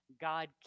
God